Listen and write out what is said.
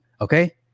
Okay